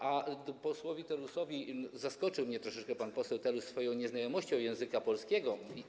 A co do posła Telusa to zaskoczył mnie troszeczkę pan poseł Telus swoją nieznajomością języka polskiego.